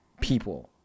people